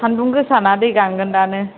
सानदुं गोसाना दै गांगोन दानो